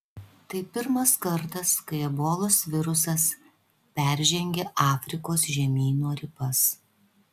tai pirmas kartas kai ebolos virusas peržengė afrikos žemyno ribas